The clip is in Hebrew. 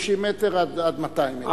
מ-30 מטר עד 200 מטר.